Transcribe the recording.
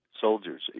soldiers